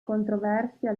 controversia